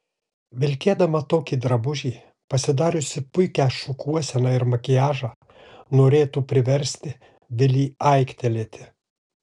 vilkėdama tokį drabužį pasidariusi puikią šukuoseną ir makiažą norėtų priversti vilį aiktelėti